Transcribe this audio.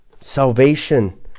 Salvation